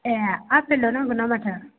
ए आपेलल' नांगौ ना माथो